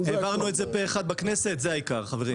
העברנו את זה פה אחד בכנסת, זה העיקר, חברים.